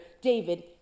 David